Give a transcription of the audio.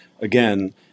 again